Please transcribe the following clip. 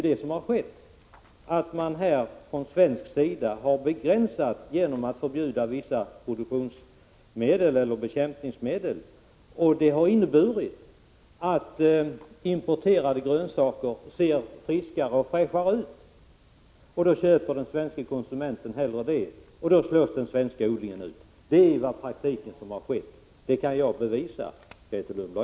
Det som har skett är ju att man genom förbud har begränsat användningen i Sverige av vissa bekämpningsmedel, och det har inneburit att importerade grönsaker ser friskare och fräschare ut. Då köper den svenske konsumenten hellre dem, och då slås den svenska odlingen ut. Det är vad som har skett i praktiken, och det kan jag bevisa.